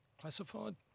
Classified